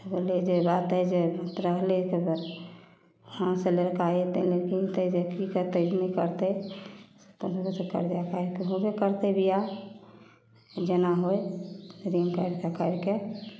कहाँसँ लड़का अएतै लड़की अएतै जे कि करतै नहि करतै कतहुसँ करजा काढ़िकऽ होबे करतै बिआह जेना होइ ऋण काढ़िके काढ़िके